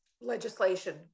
legislation